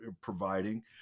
providing